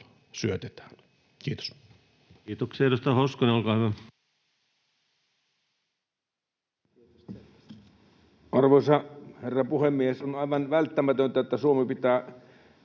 syötetään. — Kiitos. Kiitoksia. — Edustaja Hoskonen, olkaa hyvä. Arvoisa herra puhemies! On aivan välttämätöntä, että Suomi pitää,